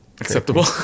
acceptable